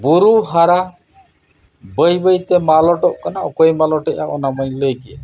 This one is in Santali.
ᱵᱩᱨᱩ ᱦᱟᱨᱟ ᱵᱟᱹᱭ ᱵᱟᱹᱭᱛᱮ ᱢᱟᱞᱚᱴᱚᱜ ᱠᱟᱱᱟ ᱚᱠᱚᱭ ᱢᱟᱞᱚᱴᱮᱜ ᱚᱱᱟᱢᱟᱧ ᱞᱟᱹᱭᱠᱮᱫ